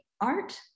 art